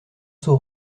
seau